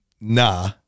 nah